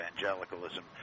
evangelicalism